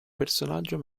personaggio